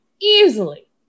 easily